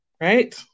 right